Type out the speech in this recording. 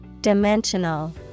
Dimensional